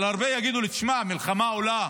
אבל הרבה יגידו לי: תשמע, המלחמה עולה,